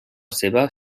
seva